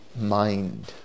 mind